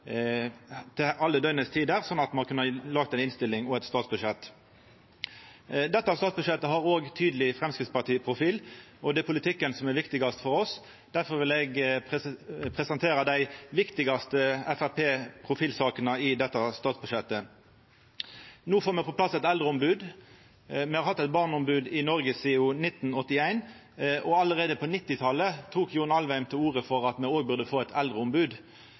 til alle døgnets tider, sånn at me har kunna laga ei innstilling og eit statsbudsjett. Dette statsbudsjettet har òg ein tydeleg Framstegsparti-profil, og det er politikken som er viktigast for oss. Difor vil eg presentera dei viktigaste Framstegsparti-profilsakene i dette statsbudsjettet. No får me på plass eit eldreombod. Me har hatt eit barneombod i Noreg sidan 1981, og allereie på 1990-talet tok John Ingolf Alvheim til orde for at me òg burde få eit eldreombod.